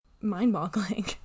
mind-boggling